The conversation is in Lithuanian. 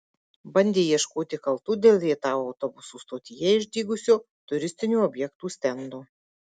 bandė ieškoti kaltų dėl rietavo autobusų stotyje išdygusio turistinių objektų stendo